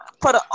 put